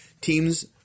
teams